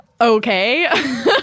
Okay